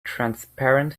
transparent